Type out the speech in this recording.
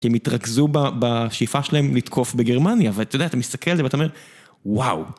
שהם יתרכזו בשאיפה שלהם לתקוף בגרמניה ואתה יודע, אתה מסתכל על זה ואתה אומר, וואו.